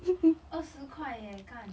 二十块 eh kan